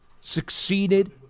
succeeded